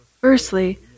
Firstly